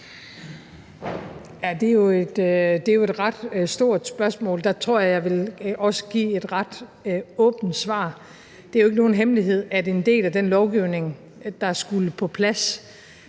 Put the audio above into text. Det er jo et ret stort spørgsmål. Der tror jeg, at jeg vil give et ret åbent svar. Det er jo ikke nogen hemmelighed, at en del af den lovgivning, der skulle på plads,